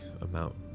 amount